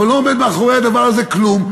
אבל לא עומד מאחורי הדבר הזה כלום.